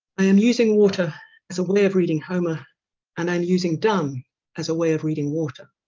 i am using water as a way of reading homer and i'm using donne as a way of reading water